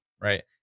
right